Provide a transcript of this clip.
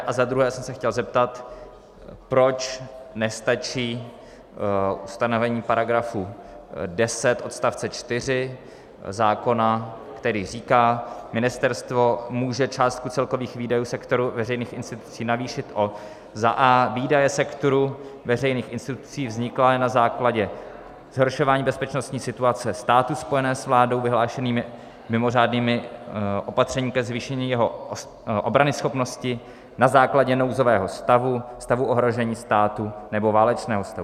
A za druhé jsem se chtěl zeptat, proč nestačí ustanovení § 10 odst. 4 zákona, který říká: Ministerstvo může částku celkových výdajů sektoru veřejných institucí navýšit o a) výdaje sektoru veřejných institucí vzniklé na základě zhoršování bezpečnostní situace státu spojené s vládou vyhlášenými mimořádnými opatřeními ke zvýšení jeho obranyschopnosti na základě nouzového stavu, stavu ohrožení stavu nebo válečného stavu.